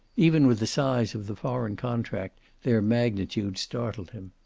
even with the size of the foreign contract their magnitude startled him.